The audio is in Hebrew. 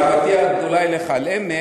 מאהבתי הגדולה אליך על-אמת,